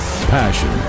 passion